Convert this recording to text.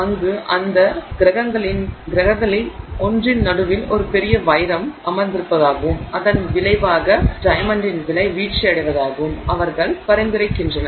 அங்கு அந்த கிரகங்களில் ஒன்றின் நடுவில் ஒரு பெரிய வைரம் அமர்ந்திருப்பதாகவும் அதன் விளைவாக டைமெண்டின் விலை வீழ்ச்சியடைவதாகவும் அவர்கள் பரிந்துரைக்கின்றனர்